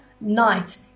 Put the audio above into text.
night